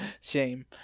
Shame